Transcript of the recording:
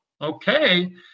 okay